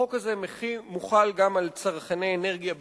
החוק הזה מוחל גם על צרכני אנרגיה ביטחוניים,